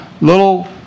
little